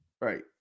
right